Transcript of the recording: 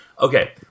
Okay